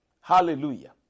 Hallelujah